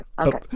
Okay